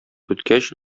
үткәч